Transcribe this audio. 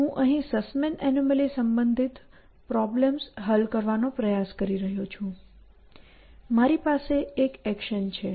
હું અહીં સસ્મેન એનોમલી સંબંધિત પ્રોબ્લેમ્સ હલ કરવાનો પ્રયાસ કરી રહ્યો છું મારી પાસે એક એક્શન છે